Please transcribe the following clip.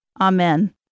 Amen